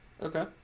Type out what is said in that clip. Okay